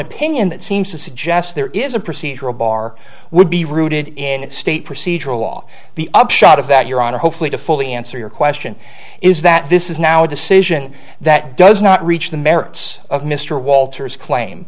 opinion that seems to suggest there is a procedural bar would be rooted in state procedural law the upshot of that your honor hopefully to fully answer your question is that this is now a decision that does not reach the merits of mr walters claim